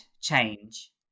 change